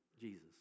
jesus